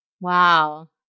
Wow